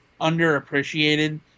underappreciated